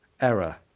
error